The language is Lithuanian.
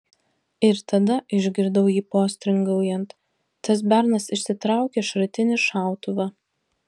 ir tada išgirdau jį postringaujant tas bernas išsitraukia šratinį šautuvą